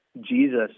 Jesus